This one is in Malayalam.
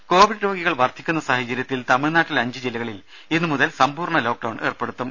രേര കൊവിഡ് രോഗികൾ വർദ്ധിക്കുന്ന സാഹചര്യത്തിൽ തമിഴ്നാട്ടിലെ അഞ്ച് ജില്ലകളിൽ ഇന്നു മുതൽ സമ്പൂർണ ലോക്ക് ഡൌൺ ഏർപ്പെടുത്തും